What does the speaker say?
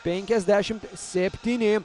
penkiasdešim septyni